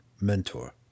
Mentor